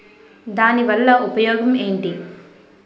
దాని వల్ల ఉపయోగం ఎంటి?